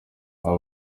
aba